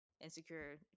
insecure